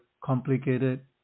complicated